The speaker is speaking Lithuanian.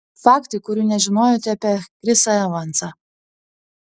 faktai kurių nežinojote apie chrisą evansą